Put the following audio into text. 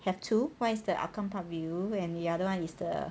have two one is the hougang parkview and the other one is the